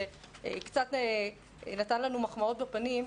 שקצת נתן לנו מחמאות בפנים,